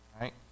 right